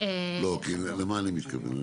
--- למה אני מתכוון?